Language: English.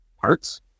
parts